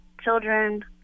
children